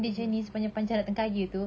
mmhmm